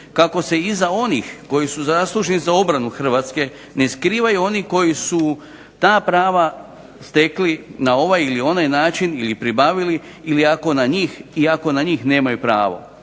kako se iza onih koji su zaslužni za obranu Hrvatske ne skrivaju oni koji su ta prava stekli na ovaj ili onaj način ili pribavili i ako na njih nemaju pravo.